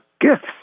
gifts